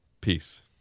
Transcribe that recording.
peace